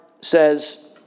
says